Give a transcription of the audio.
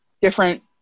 different